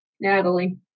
Natalie